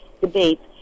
debates